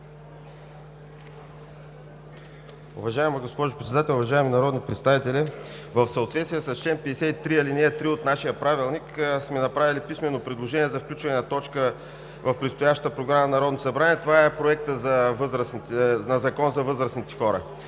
Уважаема госпожо Председател, уважаеми народни представители! В съответствие с чл. 53, ал. 3 от нашия Правилник сме направили писмено предложение за включване на точка в предстоящата програма на Народното събрание – това е Законопроектът за възрастните хора.